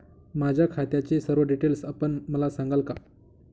माझ्या खात्याचे सर्व डिटेल्स आपण मला सांगाल का?